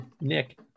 Nick